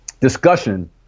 discussion